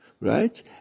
right